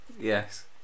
Yes